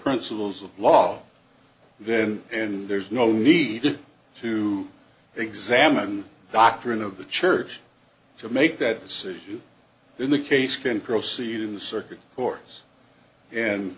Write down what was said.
principles of law then and there's no need to examine the doctrine of the church to make that decision then the case can proceed in the circuit courts and